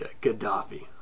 Gaddafi